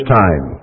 time